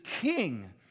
King